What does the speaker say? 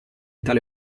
tale